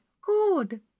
good